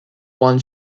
one